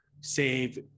save